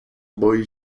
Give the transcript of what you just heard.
boi